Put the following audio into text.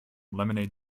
lemonade